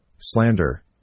slander